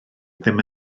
ddim